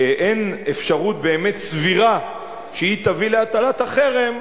אין אפשרות באמת סבירה שהיא תביא להטלת החרם,